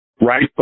right